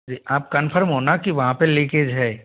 जी आप कंफर्म होना कि वहाँ पे लीकेज है